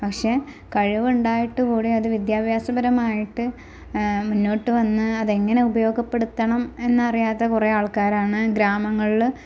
പക്ഷേ കഴിവുണ്ടായിട്ടുകൂടി അത് വിദ്യാഭ്യാസപരമായിട്ട് മുന്നോട്ട് വന്ന് അതെങ്ങനെ ഉപയോഗപ്പെടുത്തണം എന്നറിയാത്ത കുറെ ആള്ക്കാരാണ് ഗ്രാമങ്ങളിൽ